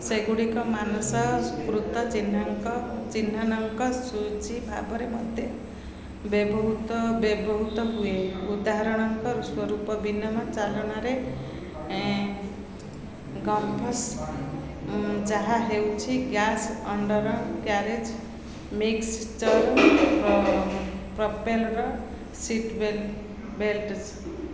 ସେଗୁଡ଼ିକ ମାନସକୃତ ଚିହ୍ନାଙ୍କ ଚିହ୍ନାନାଙ୍କ ସୂଚୀ ଭାବରେ ମତେ ବ୍ୟବହୃତ ବ୍ୟବହୃତ ହୁଏ ଉଦାହରଣଙ୍କ ସ୍ୱରୂପ ବିମାନ ଚାଳନାରେ ଗମ୍ଫସ୍ ଯାହା ହେଉଛି gas undercarriage mix propeller seat belts belts